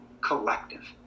Collective